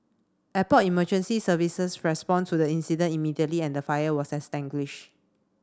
airport emergency services respond to the incident immediately and the fire was extinguished